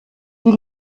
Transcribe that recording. die